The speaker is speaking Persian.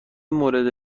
مورد